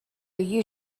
you